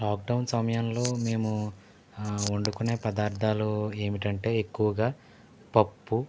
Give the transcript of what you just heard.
lockdown సమయంలో మేము వండుకునే పదార్ధాలు ఏమిటంటే ఎక్కువగా పప్పు